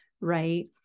right